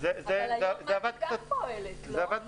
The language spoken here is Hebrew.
אבל היום מת"י גם פועלת, לא?